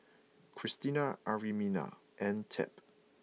Christina Arminta and Tab